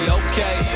okay